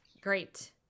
great